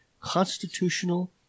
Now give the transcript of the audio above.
constitutional